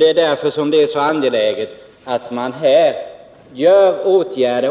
Det är därför mycket angeläget att åtgärder vidtas omgående.